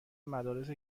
مدارس